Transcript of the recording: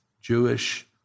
Jewish